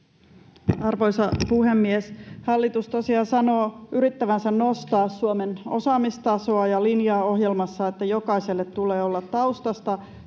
Arvoisa puhemies! Hallitus tosiaan sanoo yrittävänsä nostaa Suomen osaamistasoa ja linjaa ohjelmassaan, että jokaisella tulee olla taustasta ja